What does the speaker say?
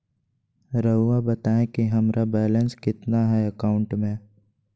रहुआ बताएं कि हमारा बैलेंस कितना है अकाउंट में?